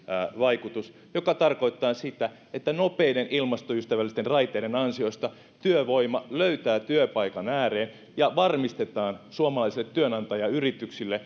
vaikutus joka tarkoittaa sitä että nopeiden ilmastoystävällisten raiteiden ansiosta työvoima löytää työpaikan ääreen ja varmistetaan suomalaisille työnantajayrityksille